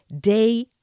day